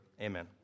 Amen